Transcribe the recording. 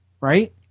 right